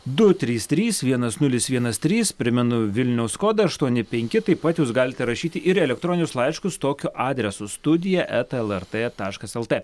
du trys trys vienas nulis vienas trys primenu vilniaus kodą aštuoni penki taip pat jūs galite rašyti ir elektroninius laiškus tokiu adresu studija eta lrt taškas lt